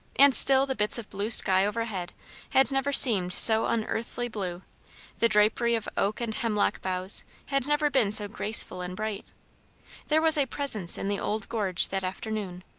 and still the bits of blue sky overhead had never seemed so unearthly blue the drapery of oak and hemlock boughs had never been so graceful and bright there was a presence in the old gorge that afternoon,